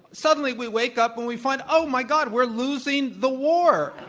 suddenly we wake up and we find, oh my god, we're losing the war!